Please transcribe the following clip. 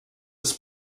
was